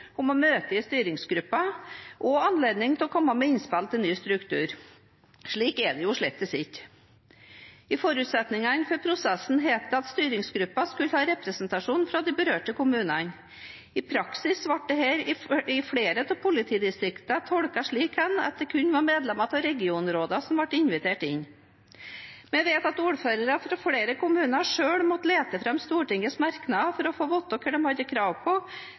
å møte i styringsgruppen og anledning til å komme med innspill til ny struktur. Slik er det slettes ikke. I forutsetningene for prosessen het det at styringsgruppen skulle ha representasjon fra de berørte kommunene. I praksis ble dette av flere politidistrikter tolket slik at det kun var medlemmer av regionrådene som ble invitert inn. Vi vet at ordførere fra flere kommuner selv måtte lete fram Stortingets merknader for å få vite hva de hadde krav på,